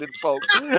folks